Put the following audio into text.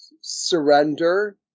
surrender